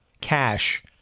cash